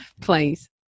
Please